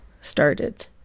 started